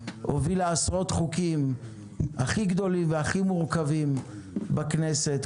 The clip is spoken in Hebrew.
הובילה עשרות חוקים הכי גדולים והכי מורכבים בכנסת,